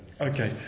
Okay